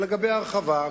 ולגבי הרחבה,